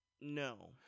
No